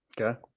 Okay